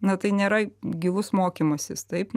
na tai nėra gilus mokymasis taip